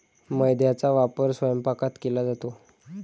मैद्याचा वापर स्वयंपाकात केला जातो